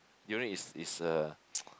durian is is a